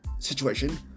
situation